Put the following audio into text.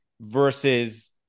versus